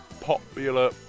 Popular